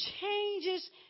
changes